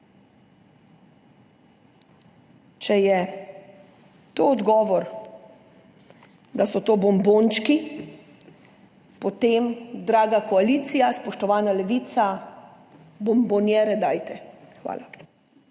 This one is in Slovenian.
Če je to odgovor, da so to bombončki, potem, draga koalicija, spoštovana Levica, dajte bombonjere. Hvala.